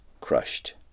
crushed